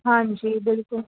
ਹਾਂਜੀ ਬਿਲਕੁਲ